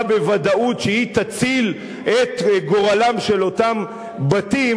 בוודאות שהיא תציל את גורלם של אותם בתים,